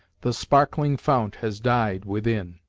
the sparkling fount has died within.